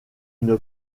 une